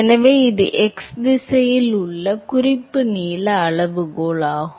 எனவே இது x திசையில் உள்ள குறிப்பு நீள அளவுகோலாகும்